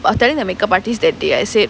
I was telling the makeup artist that day I said